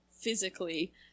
physically